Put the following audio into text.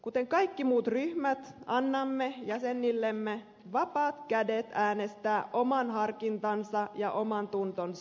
kuten kaikki muut ryhmät annamme jäsenillemme vapaat kädet äänestää oman harkintansa ja omantuntonsa mukaan